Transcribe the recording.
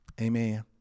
Amen